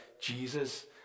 Jesus